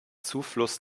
zufluss